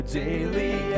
daily